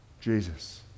Jesus